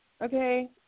okay